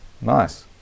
nice